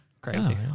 Crazy